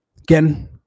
Again